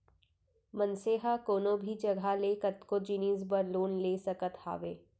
मनसे ह कोनो भी जघा ले कतको जिनिस बर लोन ले सकत हावय